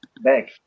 back